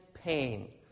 ...pain